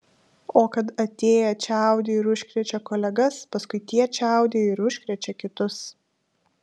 o kad atėję čiaudi ir užkrečia kolegas paskui tie čiaudi ir užkrečia kitus